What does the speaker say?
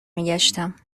میگشتم